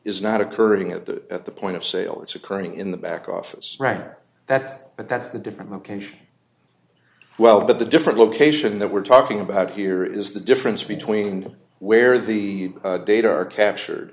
is not occurring at the at the point of sale it's occurring in the back office right that's it that's the different location well but the different location that we're talking about here is the difference between where the data are captured